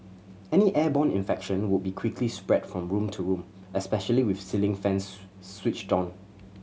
any airborne infection would be quickly spread from room to room especially with ceiling fans switched on